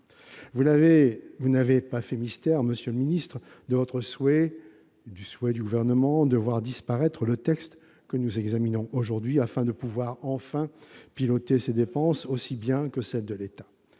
Vous n'avez pas fait mystère, monsieur le ministre, du souhait du Gouvernement de voir disparaître le texte que nous examinons aujourd'hui, afin de pouvoir enfin piloter ces dépenses aussi bien que celles de l'État.